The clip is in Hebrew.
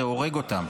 זה הורג אותם.